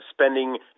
spending